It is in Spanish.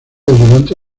ayudante